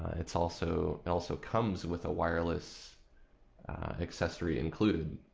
it's also also comes with a wireless accessory included.